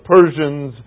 Persians